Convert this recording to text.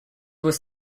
was